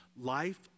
Life